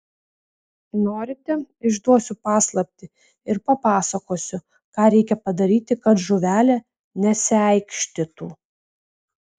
norite išduosiu paslaptį ir papasakosiu ką reikia padaryti kad žuvelė nesiaikštytų